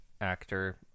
actor